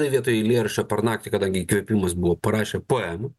jinai vietoj eilėraščio per naktį kadangi įkvėpimas buvo parašė poemą